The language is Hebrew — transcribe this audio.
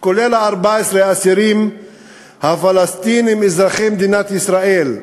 כולל 14 האסירים הפלסטינים אזרחי מדינת ישראל.